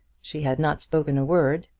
she had not spoken a word,